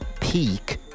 Peak